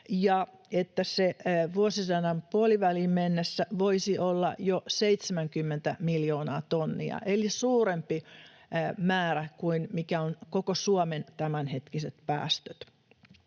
ja että se vuosisadan puoliväliin mennessä voisi olla jo 70 miljoonaa tonnia eli suurempi määrä kuin mitkä ovat koko Suomen tämänhetkiset päästöt.